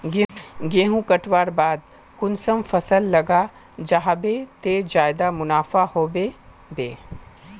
गेंहू कटवार बाद कुंसम फसल लगा जाहा बे ते ज्यादा मुनाफा होबे बे?